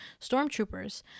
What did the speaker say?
stormtroopers